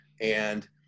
And-